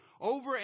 over